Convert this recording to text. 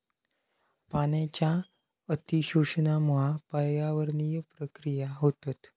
पाण्याच्या अती शोषणामुळा पर्यावरणीय प्रक्रिया होतत